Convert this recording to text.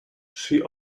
she